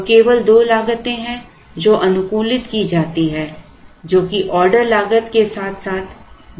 तो केवल दो लागतें हैं जो अनुकूलित की जाती हैं जो कि ऑर्डर लागत के साथ साथ वहन लागत भी हैं